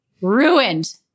ruined